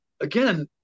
again